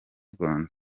rwanda